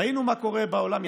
ראינו מה קורה בעולם,